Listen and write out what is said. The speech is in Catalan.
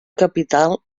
capital